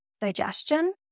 digestion